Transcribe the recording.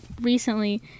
recently